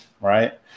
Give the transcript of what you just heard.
right